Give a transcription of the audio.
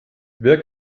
wer